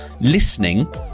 listening